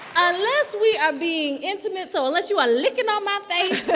unless we are being intimate so unless you are licking on my face.